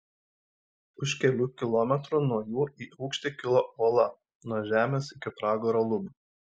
už kelių kilometrų nuo jų į aukštį kilo uola nuo žemės iki pragaro lubų